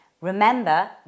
Remember